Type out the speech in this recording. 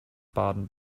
baden